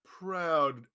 proud